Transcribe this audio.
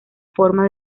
forma